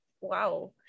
wow